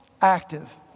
active